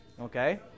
Okay